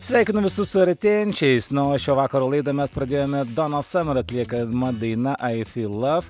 sveikinu visus su artėjančiais na o šio vakaro laidą mes pradėjome dona samerio atliekama daina ai sy love